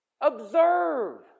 observe